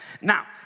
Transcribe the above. Now